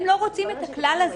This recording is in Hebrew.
הם לא רוצים את הכלל הזה.